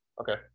Okay